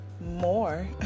more